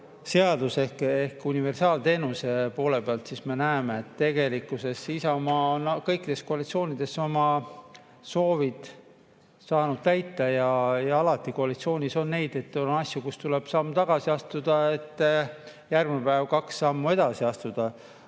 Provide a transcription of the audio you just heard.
lugemine ehk universaalteenuse pool, siis me näeme, et tegelikkuses Isamaa on kõikides koalitsioonides oma soovid saanud täita. Alati koalitsioonis on neid asju, milles tuleb samm tagasi astuda, et järgmine päev kaks sammu edasi astuda.